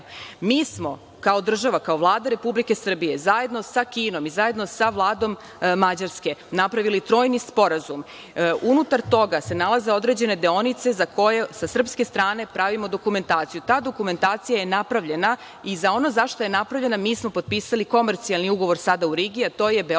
Mi smo kao država, kao Vlada Republike Srbije zajedno sa Kinom i zajedno sa Vladom Mađarske napravili trojni sporazum. Unutar toga se nalaze određene deonice za koje sa srpske strane pravimo dokumentaciju. Ta dokumentacija je napravljena i za ono za šta je napravljena mi smo potpisali komercijalni ugovor sada u Rigi, a to je Beograd-Stara